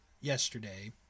yesterday